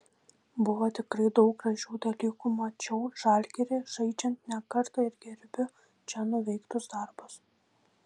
buvo tikrai daug gražių dalykų mačiau žalgirį žaidžiant ne kartą ir gerbiu čia nuveiktus darbus